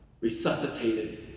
resuscitated